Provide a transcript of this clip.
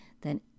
than